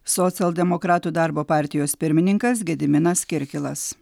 socialdemokratų darbo partijos pirmininkas gediminas kirkilas